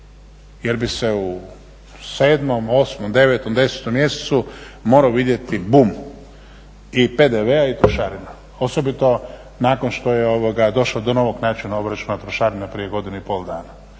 Jer bi se u 7., 8.,9., 10. mjesecu morao vidjeti bum i PDV-a i trošarina osobito nakon što je došlo do novog načina obračuna trošarina prije godinu i pol dana.